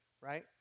right